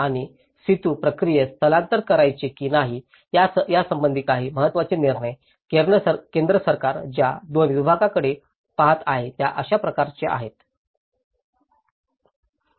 आणि सितू प्रक्रियेत स्थलांतर करायचे की नाही यासंबंधी काही महत्त्वाचे निर्णय केंद्र सरकार ज्या दोन विभागांकडे पाहत आहे त्या अशाच प्रकार आहेत